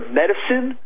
medicine